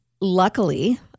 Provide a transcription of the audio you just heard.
luckily